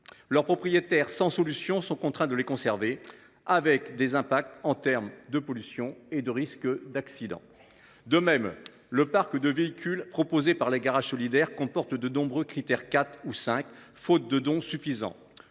Leurs propriétaires, sans solution, sont contraints de les conserver, ce qui a des conséquences en termes de pollution et accroît les risques d’accident. De même, le parc de véhicules proposés par les garages solidaires comporte de nombreux Crit’Air 4 ou 5, faute de dons suffisants.